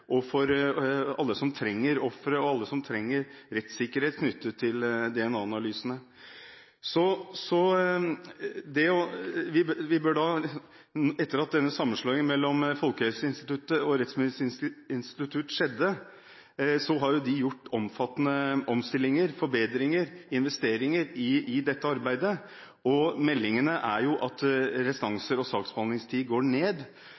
ofre og alle som trenger rettssikkerhet knyttet til DNA-analysene. Etter sammenslåingen av Folkehelseinstituttet og Rettsmedisinsk institutt er det gjort omfattende omstillinger, forbedringer og investeringer i dette arbeidet. Meldingene er at restanser og saksbehandlingstid går ned, at man f.eks. har gjort